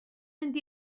mynd